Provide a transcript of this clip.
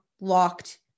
locked